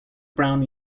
brown